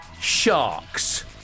sharks